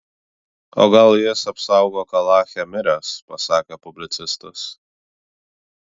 o gal jis apsaugok alache miręs pasakė publicistas